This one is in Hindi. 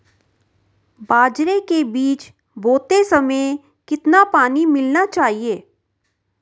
बाजरे के बीज बोते समय कितना पानी मिलाना चाहिए?